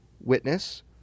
witness